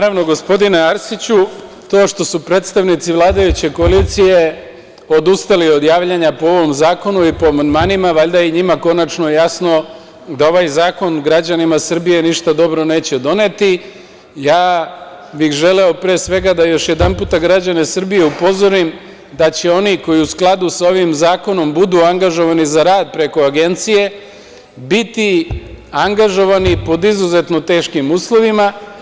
Naravno gospodine Arsiću, to što su predstavnici vladajuće koalicije odustali od javljanja po ovom zakonu i po amandmanima, valjda i njima konačno jasno da ovaj zakon građanima Srbije ništa dobro neće doneti, ja bih želeo pre svega da još jedanput građane Srbije upozorim da će oni koji u skladu sa ovim zakonom budu angažovani za rad preko agencije, biti angažovani pod izuzetno teškim uslovima.